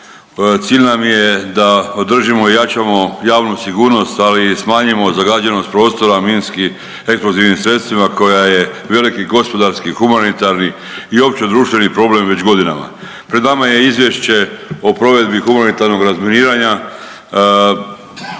cilj nam je da održimo i jačamo javnu sigurnost, ali i smanjimo zagađenost prostora minski eksplozivnim sredstvima koja je veliki gospodarski, humanitarni i općedruštveni problem već godinama. Pred nama je izvješće o provedbi humanitarnog razminiranja